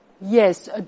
Yes